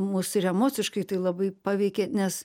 mus ir emociškai tai labai paveikė nes